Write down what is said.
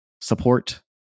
Support